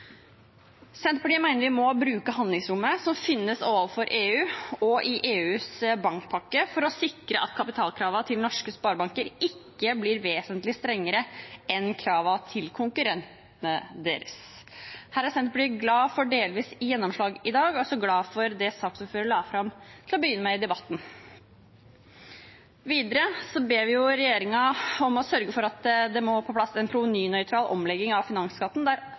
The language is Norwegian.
Senterpartiet mener vi må bruke handlingsrommet som finnes overfor EU og i EUs bankpakke, for å sikre at kapitalkravene til norske sparebanker ikke blir vesentlig strengere enn kravene til konkurrentene deres. Senterpartiet er glad for delvis gjennomslag i dag og for det saksordføreren la fram til å begynne med i debatten. Videre ber vi regjeringen om å sørge for å få på plass en provenynøytral omlegging av finansskatten der